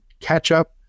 catch-up